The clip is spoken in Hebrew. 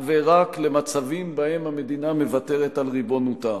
ורק למצבים שבהם המדינה מוותרת על ריבונותה.